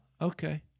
okay